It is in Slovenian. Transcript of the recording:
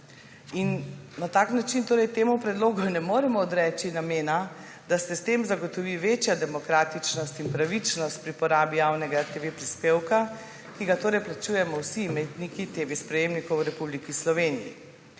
In na tak način temu predlogu ne moremo odreči namena, da se s tem zagotovi večja demokratičnost in pravičnost pri porabi javnega RTV prispevka, ki ga plačujemo vsi imetniki TV sprejemnikov v Republiki Sloveniji.